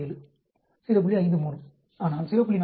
53 ஆனால் 0